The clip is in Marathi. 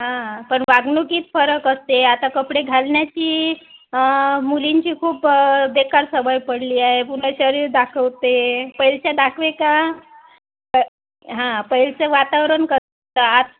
हां पण वागणुकीत फरक असते आता कपडे घालण्याची मुलींची खूप बेकार सवय पडली आहे पुरं शरीर दाखवते पहिलीच्या दाखवे का हा पहिलीचं वातावरण पण कसं आत